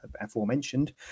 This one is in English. aforementioned